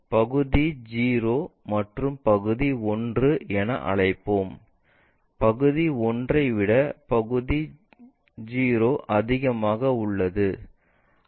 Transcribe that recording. பகுதி 0 மற்றும் பகுதி 1 என அழைப்போம் பகுதி 1 ஐ விட பகுதி 0 அதிகமாக உள்ளது